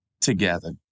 together